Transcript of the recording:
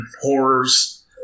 horrors